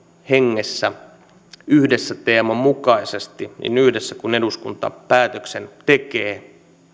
hengessä yhdessä teeman mukaisesti yhdessä kun eduskunta päätöksen tekee